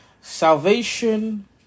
Salvation